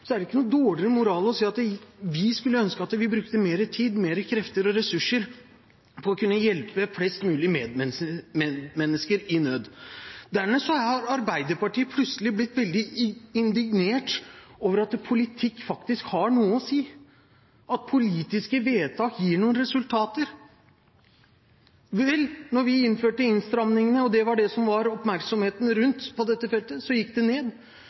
er det ikke noe dårligere moral å si at vi skulle ønske vi brukte mer tid, krefter og ressurser på å hjelpe flest mulig medmennesker i nød. Dernest har Arbeiderpartiet plutselig blitt veldig indignert over at politikk faktisk har noe å si, at politiske vedtak gir noen resultater. Vel, da vi innførte innstrammingene og det var oppmerksomhet rundt dette feltet, gikk det ned. Da man snudde oppmerksomheten og fattet andre vedtak, gikk det